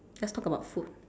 let's talk about food